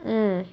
mm